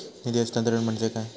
निधी हस्तांतरण म्हणजे काय?